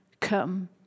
come